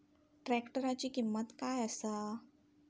ट्रॅक्टराची किंमत काय आसा?